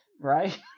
right